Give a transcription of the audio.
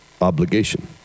obligation